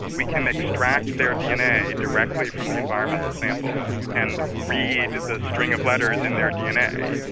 we can extract their dna directly from the environmental sample and read the string of letters in their dna,